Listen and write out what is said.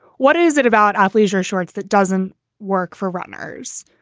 what is it about athleisure shorts that doesn't work for runners?